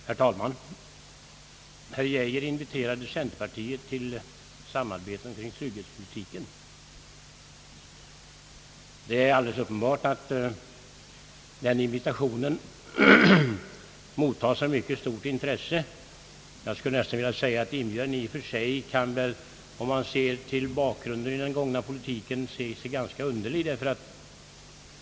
Herr talman! Herr Geijer inviterade centerpartiet till samarbete omkring trygghetspolitiken. Det är alldeles uppenbart att den invitationen mottas med mycket stort intresse. Inbjudan kan väl dock i och för sig, mot bakgrunden av den hittills förda politiken, te sig ganska underlig.